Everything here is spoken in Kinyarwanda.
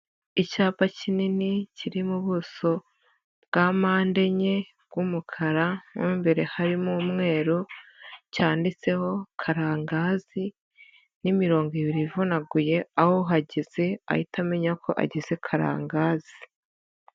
Icyapa kinini kiri mu ubuso bwa mpande enye bw'umukara, mu imbere harimo umweru, cyanditseho karangazi n'imirongo ibiri ivunaguye, aho uhageze ahita amenya ko ageze karangazi.